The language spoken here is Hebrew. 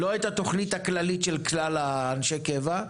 לא הייתה תוכנית כללית של כלל אנשי הקבע.